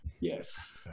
Yes